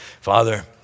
Father